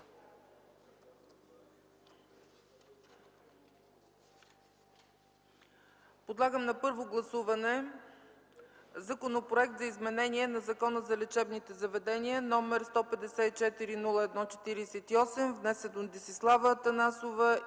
Подлагам на първо гласуване Законопроект за изменение на Закона за лечебните заведения, № 154-01-48, внесен от Десислава Атанасова и